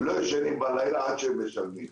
לא ישנים בלילה עד שהם משלמים.